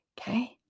Okay